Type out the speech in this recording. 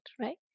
right